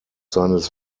seines